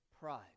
pride